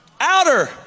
Outer